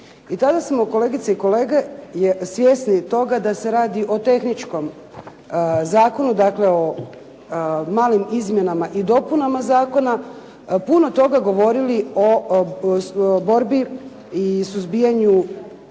I tada smo kolegice i kolege svjesni toga da se radi o tehničkom zakonu, dakle o malim izmjenama i dopunama zakona, puno toga govorili o borbi i suzbijanju